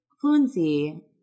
fluency –